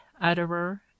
utterer